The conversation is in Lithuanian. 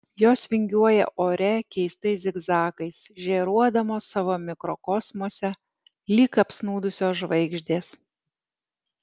jos vingiuoja ore keistais zigzagais žėruodamos savo mikrokosmose lyg apsnūdusios žvaigždės